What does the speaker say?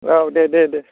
औ दे दे दे